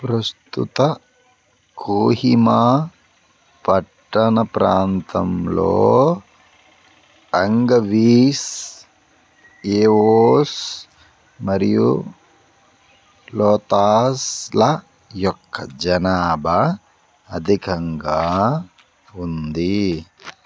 ప్రస్తుత కోహిమా పట్టణ ప్రాంతంలో అంగవీస్ ఏవోస్ మరియు లోతాస్ల యొక్క జనాభా అధికంగా ఉంది